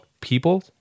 People